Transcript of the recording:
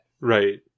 Right